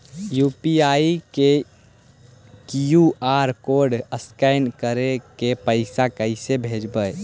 UPI के QR code scan करके पैसा कैसे भेजबइ?